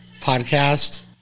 podcast